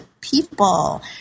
people